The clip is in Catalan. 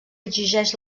exigeix